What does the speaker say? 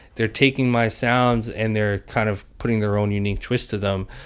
they're taking my sounds, and they're kind of putting their own unique twist to them.